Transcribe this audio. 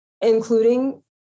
including